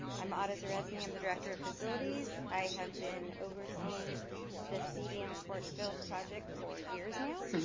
i'm ara zareczny, i'm the director of facilities. i have been overseeing the cdm sports field project for years now.